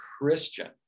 Christian